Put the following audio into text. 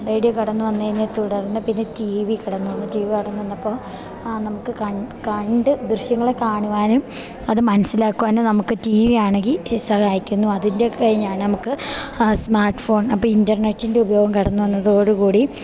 radio കടന്നുവന്നതിനെ തുടർന്ന് പിന്നെ ടി വി കടന്നുവന്നു ടി വി കടന്നുവന്നപ്പോൾ നമുക്ക് കണ്ട് ദൃശ്യങ്ങളെ കാണുവാനും അത് മനസ്സിലാക്കുവാനും നമുക്ക് ടി വി ആണെങ്കിൽ സഹായിക്കുന്നു അതിൻ്റെയൊക്കെ കഴിഞ്ഞാണ് നമുക്ക് സ്മാർട്ട് ഫോൺ അപ്പോൾ ഇൻ്റർനെറ്റിൻ്റെ ഉപയോഗം കടന്നുവന്നതോടുകൂടി